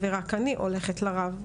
ורק אני הולכת לרב,